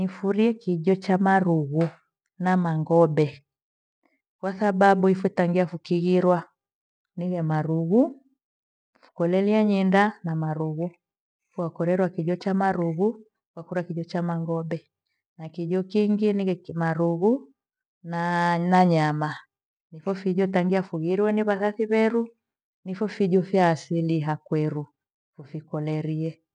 Nifurie kijo cha marughu na maghobe kwa sababu ife tangia fukighirwa nighe marughu kolelie nyenda na marughu. Fwakorerwa kijo cha marughu, wakora kindo na mangobe. Na kingi nighe kimarughu na- na nyama. Ipho fijo tangia fugirwe ni wathathi veru nipho fijo vya asili ya kweru nethikolorie.